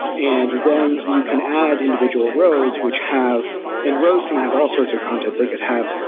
and then you can add individual rows which have and rows can have all sorts of content they could have.